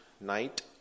night